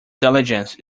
diligence